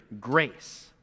grace